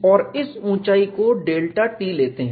और इस ऊंचाई को डेल्टा t लेते हैं